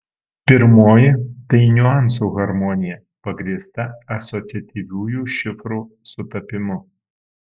pirmoji tai niuansų harmonija pagrįsta asociatyviųjų šifrų sutapimu